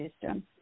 system